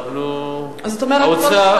זאת אומרת,